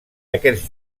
aquests